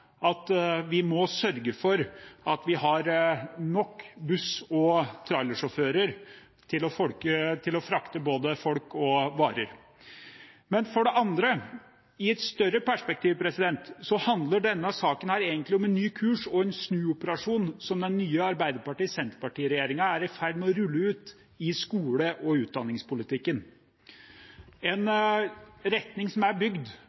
at vi må sørge for at vi har nok buss- og trailersjåfører til å frakte både folk og varer. For det andre: I et større perspektiv handler denne saken egentlig om en ny kurs og en snuoperasjon som den nye Arbeiderparti–Senterparti-regjeringen er i ferd med å rulle ut i skole- og utdanningspolitikken, en retning som er bygd